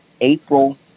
April